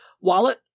wallet